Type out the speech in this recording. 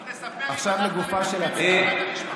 רק תספר אם הלכתם לנחם את אחת המשפחות השכולות.